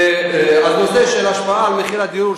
אז את הנושא של ההשפעה על מחיר הדיור,